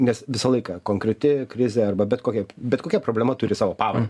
nes visą laiką konkreti krizė arba bet kokia bet kokia problema turi savo pavardę